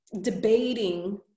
debating